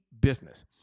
business